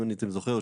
אם אתה זוכר,